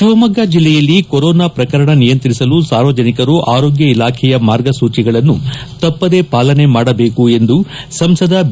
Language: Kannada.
ಶಿವಮೊಗ್ಗ ಜಲ್ಲೆಯಲ್ಲಿ ಕೊರೊನಾ ಪ್ರಕರಣ ನಿಯಂತ್ರಿಸಲು ಸಾರ್ವಜನಿಕರು ಆರೋಗ್ಯ ಇಲಾಖೆಯ ಮಾರ್ಗ ಸೂಚಿಗಳನ್ನು ತಪ್ಪದೇ ಪಾಲನೆ ಮಾಡಬೇಕು ಎಂದು ಸಂಸದ ಬಿ